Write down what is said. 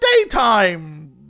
daytime